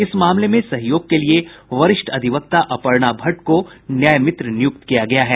इस मामले में सहयोग के लिये वरिष्ठ अधिवक्ता अपर्णा भट्ट को न्याय मित्र नियुक्त किया गया है